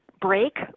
break